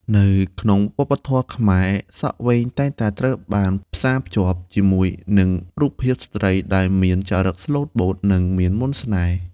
នៅក្នុងវប្បធម៌ខ្មែរ សក់វែងតែងតែត្រូវបានផ្សារភ្ជាប់ជាមួយនឹងរូបភាពស្ត្រីដែលមាន ចរិតស្លូតបូត និងមានមន្តស្នេហ៍។